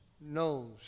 Knows